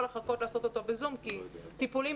שמרטפיות.